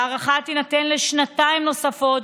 ההארכה תינתן לשנתיים נוספות,